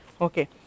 Okay